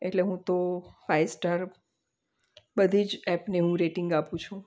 એટલે હું તો ફાઈ સ્ટાર બધી જ એપને હું રેટિંગ આપું છું